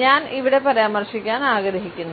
ഞാൻ ഇവിടെ പരാമർശിക്കാൻ ആഗ്രഹിക്കുന്നത്